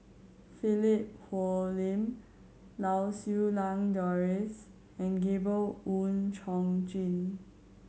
Philip Hoalim Lau Siew Lang Doris and Gabriel Oon Chong Jin